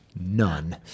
None